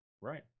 Right